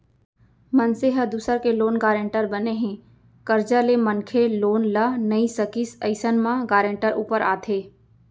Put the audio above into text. मनसे ह दूसर के लोन गारेंटर बने हे, करजा ले मनखे लोन ल नइ सकिस अइसन म गारेंटर ऊपर आथे